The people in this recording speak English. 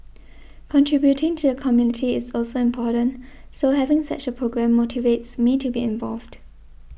contributing to the community is also important so having such a programme motivates me to be involved